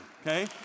okay